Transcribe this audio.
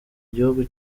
gihugu